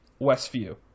Westview